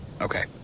Okay